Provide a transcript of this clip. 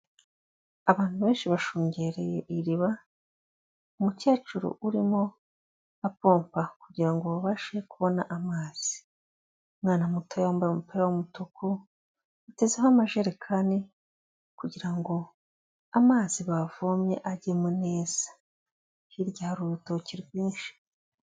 Abantu benshi bashungereye iriba, umukecuru urimo apompa kugira ngo babashe kubona amazi, umwana muto wambaye umupira w'umutuku atezeho amajerekani kugira ngo amazi bavomye ajyemo neza, hirya hari urutoki rwinshi.